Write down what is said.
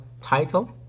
title